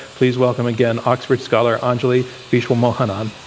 please welcome again oxford scholar anjali viswamohanan.